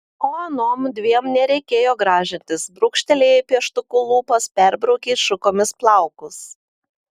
o anom dviem nereikėjo gražintis brūkštelėjai pieštuku lūpas perbraukei šukomis plaukus